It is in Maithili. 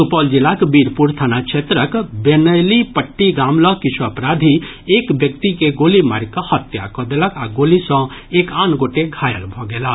सुपौल जिलाक वीरपुर थाना क्षेत्रक बनेलीपट्टी गाम लऽग किछु अपराधी एक व्यक्ति के गोली मारि कऽ हत्या कऽ देलक आ गोली सँ एक आन गोटे घायल भऽ गेलाह